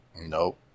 Nope